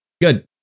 Good